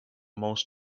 most